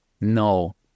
No